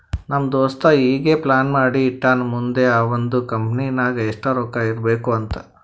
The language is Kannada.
ನಮ್ ದೋಸ್ತ ಈಗೆ ಪ್ಲಾನ್ ಮಾಡಿ ಇಟ್ಟಾನ್ ಮುಂದ್ ಅವಂದ್ ಕಂಪನಿ ನಾಗ್ ಎಷ್ಟ ರೊಕ್ಕಾ ಇರ್ಬೇಕ್ ಅಂತ್